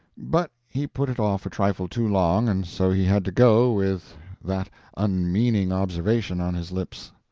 but he put it off a trifle too long, and so he had to go with that unmeaning observation on his lips.